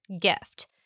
gift